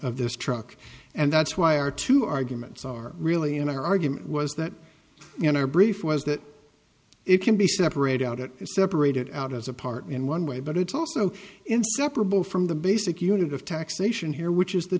of this truck and that's why our two arguments are really an argument was that in our brief was that it can be separated out it is separated out as a part in one way but it's also inseparable from the basic unit of taxation here which is the